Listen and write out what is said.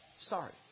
sorry